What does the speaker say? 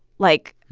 like.